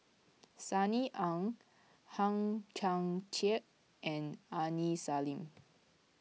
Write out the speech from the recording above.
Sunny Ang Hang Chang Chieh and Aini Salim